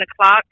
o'clock